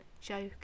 joke